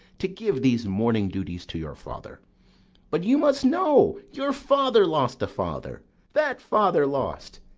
to give these mourning duties to your father but, you must know, your father lost a father that father lost,